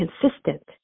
consistent